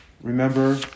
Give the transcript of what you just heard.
Remember